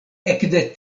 ekde